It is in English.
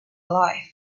life